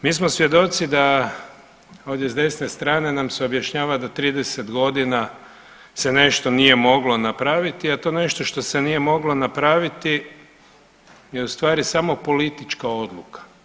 Mi smo svjedoci da ovdje s desne strane nam se objašnjava da 30 godina se nešto nije moglo napraviti, a to nešto što se nije moglo napraviti je u stvari samo politička odluka.